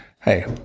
hey